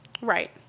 Right